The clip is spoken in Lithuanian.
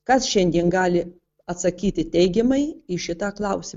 kas šiandien gali atsakyti teigiamai į šitą klausimą